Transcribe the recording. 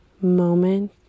moment